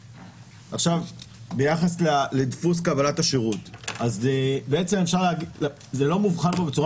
ביחס לדפוס קבלת השירות: זה לא מובחן פה בצורה